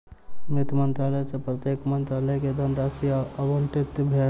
वित्त मंत्रालय सॅ प्रत्येक मंत्रालय के धनराशि आवंटित भेल